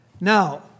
Now